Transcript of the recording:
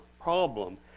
problem